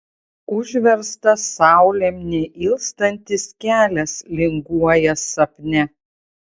užverstas saulėm neilstantis kelias linguoja sapne